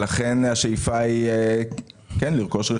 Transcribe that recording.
לכן השאיפה היא כן לרכוש רכבים.